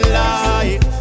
life